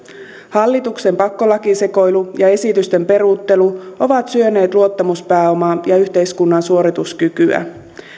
hallituksen pakkolakisekoilu ja esitysten peruuttelu ovat syöneet luottamuspääomaa ja yhteiskunnan suorituskykyä